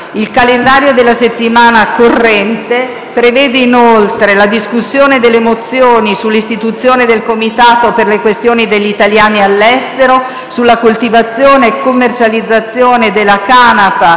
Il calendario della settimana corrente prevede, inoltre, la discussione delle mozioni sull'istituzione del Comitato per le questioni degli italiani all'estero, sulla coltivazione e commercializzazione della canapa